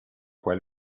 quel